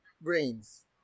brains